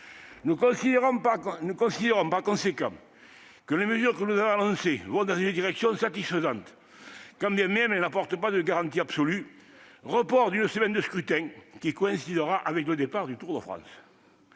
Nous considérons, par conséquent, que les mesures que vous avez annoncées vont dans une direction satisfaisante, quand bien même elles n'apportent pas de garanties absolues : report d'une semaine du scrutin- il coïncidera avec le départ du Tour de France